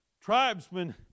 tribesmen